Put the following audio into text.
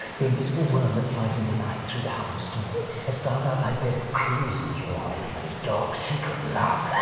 the invisible worm, that flies in the night through the howling storm has found out thy bed of crimson joy. and his dark secret love